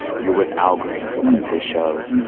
you're with al green from one of his shows.